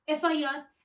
FIR